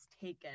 taken